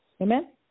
Amen